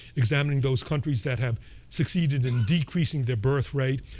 examining those countries that have succeeded in decreasing their birth rate.